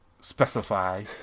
specify